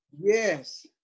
yes